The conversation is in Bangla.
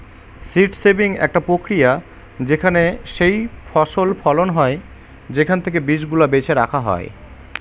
সীড সেভিং একটা প্রক্রিয়া যেখানে যেইফসল ফলন হয় সেখান থেকে বীজ গুলা বেছে রাখা হয়